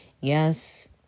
Yes